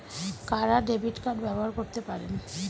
কারা debit card ব্যবহার করতে পারেন?